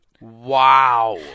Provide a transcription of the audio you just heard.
Wow